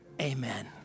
Amen